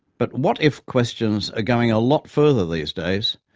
but what if questions are going a lot further these days,